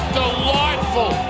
delightful